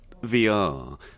VR